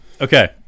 Okay